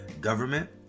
government